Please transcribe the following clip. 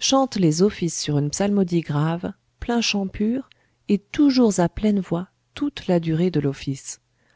chantent les offices sur une psalmodie grave plain chant pur et toujours à pleine voix toute la durée de l'office